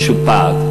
משופעת.